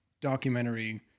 documentary